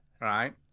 right